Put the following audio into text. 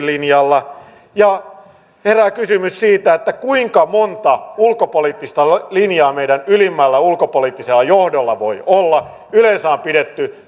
linjalla ja herää kysymys kuinka monta ulkopoliittista linjaa meidän ylimmällä ulkopoliittisella johdolla voi olla yleensä on pidetty